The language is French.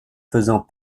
faisant